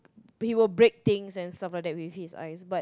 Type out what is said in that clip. he will break things and stuff like that with his eyes but